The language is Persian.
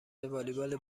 والیبال